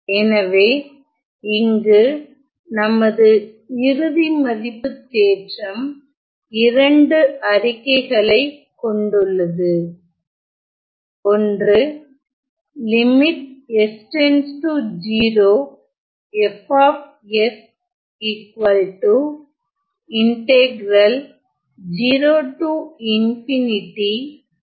எனவே இங்கு நமது இறுதி மதிப்புத் தேற்றம் இரண்டு அறிக்கைகளை கொண்டுள்ளது 1